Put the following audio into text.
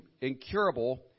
incurable